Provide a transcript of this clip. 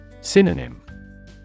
Synonym